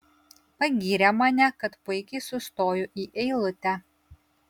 pagyrė mane kad puikiai sustoju į eilutę